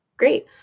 Great